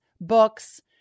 books